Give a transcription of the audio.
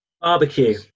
Barbecue